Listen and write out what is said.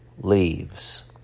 leaves